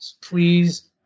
please